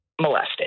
molested